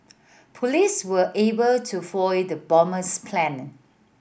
police were able to foil the bomber's plan